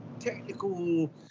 technical